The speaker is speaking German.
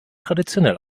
traditionell